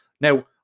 Now